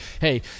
hey